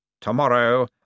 Tomorrow